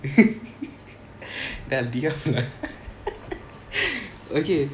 dah diam lah okay